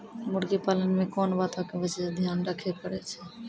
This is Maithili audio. मुर्गी पालन मे कोंन बातो के विशेष ध्यान रखे पड़ै छै?